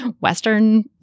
Western